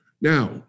Now